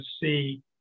see